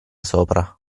sopra